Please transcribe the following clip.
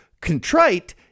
contrite